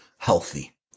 Healthy